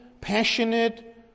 passionate